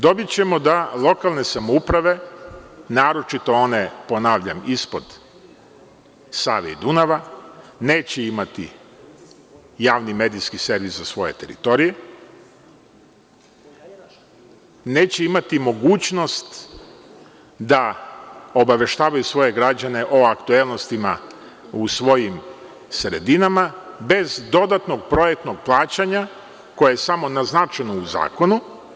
Dobićemo da lokalne samouprave, naročito one, ponavljam, ispod Save i Dunava neće imati javni medijski servis za svoje teritorije, neće imati mogućnost da obaveštavaju svoje građane o aktuelnostima u svojim sredinama, bez dodatnog projektnog plaćanja koje je samo naznačeno u zakonu.